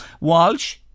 Walsh